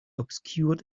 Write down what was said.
obscured